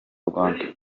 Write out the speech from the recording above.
rwanda